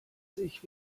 sich